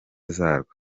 zarwo